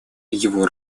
его